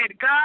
God